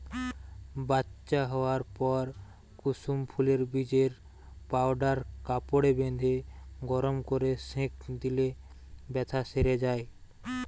বাচ্চা হোয়ার পর কুসুম ফুলের বীজের পাউডার কাপড়ে বেঁধে গরম কোরে সেঁক দিলে বেথ্যা সেরে যায়